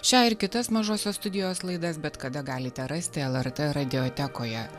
šią ir kitas mažosios studijos laidas bet kada galite rasti lrt radiotekoje